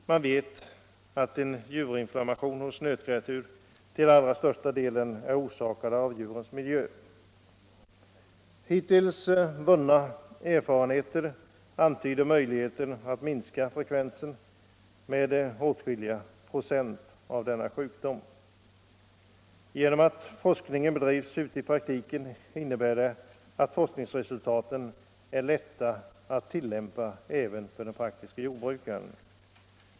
Man vet att juverinflammationerna hos nötkreatur till allra största delen är orsakade av djurens miljö. Hittills vunna erfarenheter antyder möjligheter att minska frekvensen juverinflammationer med åtskilliga procent. Genom att forskningen bedrivs ute i praktisk verksamhet blir forskningsresultaten lätta att tillämpa för den enskilde jordbrukaren.